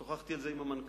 שוחחתי על זה עם המנכ"ל,